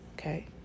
Okay